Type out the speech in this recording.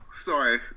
Sorry